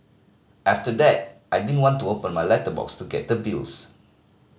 after that I didn't want to open my letterbox to get the bills